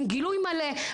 עם גילוי מלא.